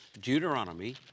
Deuteronomy